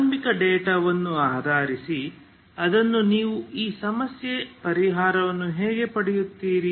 ಆರಂಭಿಕ ಡೇಟಾವನ್ನು ಆಧರಿಸಿ ಅದನ್ನು ನೀವು ಈ ಸಮಸ್ಯೆಯ ಪರಿಹಾರವನ್ನು ಹೇಗೆ ಪಡೆಯುತ್ತೀರಿ